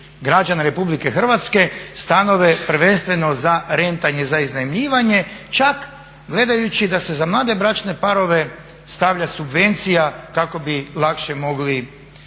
građana RH, stanove prvenstveno za rentanje, za iznajmljivanje, čak gledajući da se za mlade bračne parove stavlja subvencija kako bi lakše mogli stanovati